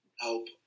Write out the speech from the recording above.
help